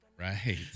right